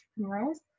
entrepreneurs